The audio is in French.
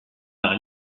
par